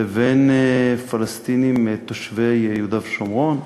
לבין פלסטינים תושבי יהודה ושומרון.